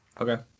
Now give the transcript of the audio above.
Okay